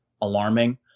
alarming